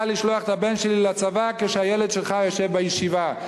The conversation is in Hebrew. לשלוח את הבן שלי לצבא כשהילד שלך יושב בישיבה?